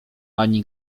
ani